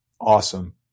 awesome